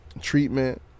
treatment